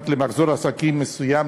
עד למחזור עסקים מסוים,